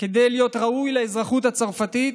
כדי להיות ראוי לאזרחות הצרפתית.